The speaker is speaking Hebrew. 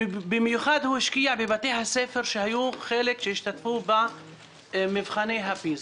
במיוחד הוא השקיע בבתי הספר שהיו חלק שהשתתפו במבחני הפיזה.